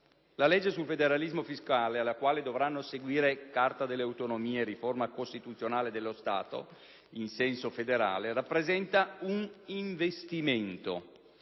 La legge sul federalismo fiscale, alla quale dovranno seguire Carta delle autonomie e riforma costituzionale dello Stato in senso federale, rappresenta un investimento